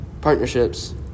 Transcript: partnerships